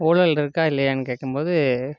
ஊழல் இருக்கா இல்லையான்னு கேட்கும்போது